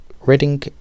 Reading